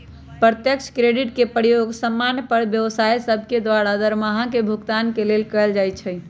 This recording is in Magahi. प्रत्यक्ष क्रेडिट के प्रयोग समान्य पर व्यवसाय सभके द्वारा दरमाहा के भुगतान के लेल कएल जाइ छइ